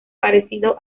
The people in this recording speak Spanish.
parecido